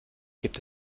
gibt